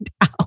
out